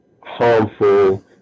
harmful